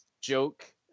joke